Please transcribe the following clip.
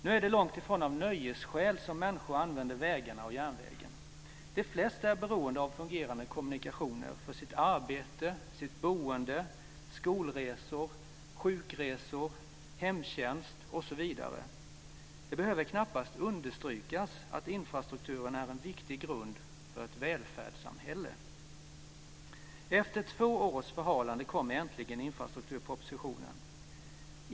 Nu är det långt ifrån av nöjesskäl som människor använder vägarna och järnvägen. De flesta är beroende av fungerande kommunikationer för sitt arbete, sitt boende, för skolresor, för sjukresor, för hemtjänst osv. Det behöver knappast understrykas att infrastrukturen är en viktig grund för ett välfärdssamhälle. Efter två års förhalande kommer äntligen infrastrukturpropositionen.